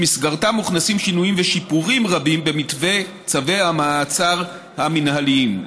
ובמסגרתה מוכנסים שינויים ושיפורים רבים במתווה צווי המעצר המינהליים,